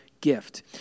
gift